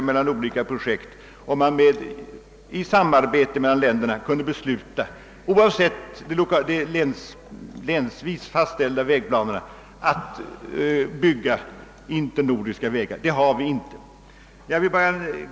För närvarande finns emellertid inte möjlighet att fatta beslut i samarbete mellan länderna, oavsett de länsvis fastställda vägplanerna, om att bygga internordiska vägar.